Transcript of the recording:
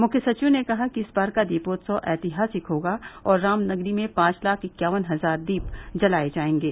मुख्य सचिव ने कहा कि इस बार का दीपोत्सव ऐतिहासिक होगा और रामनगरी में पांचे लाख इक्यावन हजार दीप जलाये जायेंगे